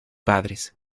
padres